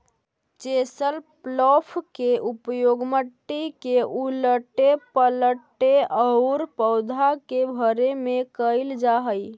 chisel plough के उपयोग मट्टी के उलऽटे पलऽटे औउर पौधा के भरे में कईल जा हई